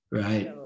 right